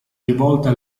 rivolta